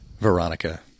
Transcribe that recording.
Veronica